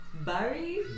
Barry